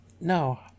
No